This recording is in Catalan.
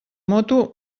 moto